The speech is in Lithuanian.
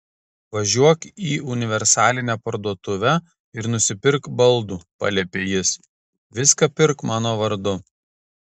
važiuok į universalinę parduotuvę ir nusipirk baldų paliepė jis viską pirk mano vardu